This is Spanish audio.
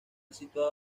situado